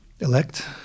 elect